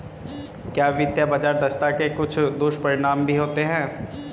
क्या वित्तीय बाजार दक्षता के कुछ दुष्परिणाम भी होते हैं?